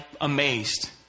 amazed